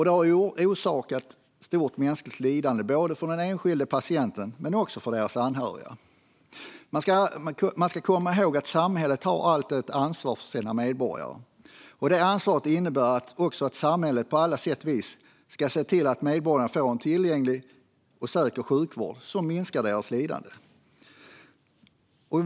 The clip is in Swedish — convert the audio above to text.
Det har orsakat stort mänskligt lidande både för de enskilda patienterna och för deras anhöriga. Man ska komma ihåg att samhället alltid har ett ansvar för sina medborgare, och detta ansvar innebär också att samhället på alla sätt och vis ska se till att medborgarna får en tillgänglig och säker sjukvård som minskar deras lidande.